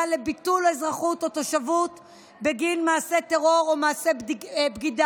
לביטול אזרחות או תושבות בגין מעשה טרור או מעשה בגידה.